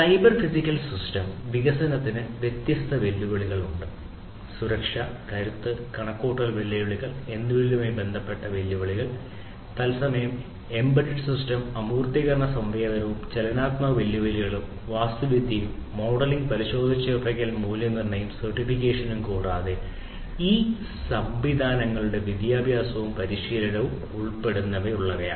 cyber physical system വികസനത്തിന് വ്യത്യസ്ത വെല്ലുവിളികളുണ്ട് സുരക്ഷ സുരക്ഷ കരുത്ത് കണക്കുകൂട്ടൽ വെല്ലുവിളികൾ എന്നിവയുമായി ബന്ധപ്പെട്ട വെല്ലുവിളികൾ തത്സമയം എംബെഡെഡ് സിസ്റ്റം അമൂർത്തീകരണ സംവേദനവും ചലനാത്മക വെല്ലുവിളികളും വാസ്തുവിദ്യയും മോഡലിംഗ് പരിശോധിച്ചുറപ്പിക്കൽ മൂല്യനിർണ്ണയവും സർട്ടിഫിക്കേഷനും കൂടാതെ ഈ സംവിധാനങ്ങളുടെ വിദ്യാഭ്യാസവും പരിശീലനവും ഉൾപ്പെടെയുള്ളവയാണ്